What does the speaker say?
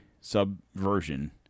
subversion